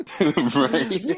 Right